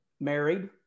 married